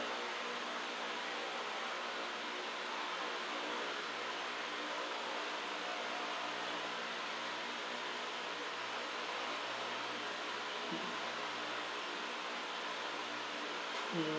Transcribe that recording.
mm